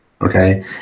okay